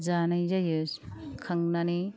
जानाय जायो खांनानै